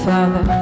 Father